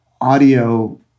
audio